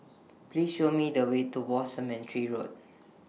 Please Show Me The Way to War Cemetery Road